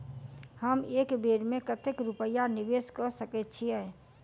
हम एक बेर मे कतेक रूपया निवेश कऽ सकैत छीयै?